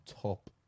top